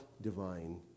divine